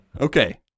Okay